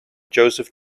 joseph